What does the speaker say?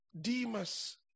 Demas